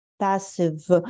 passive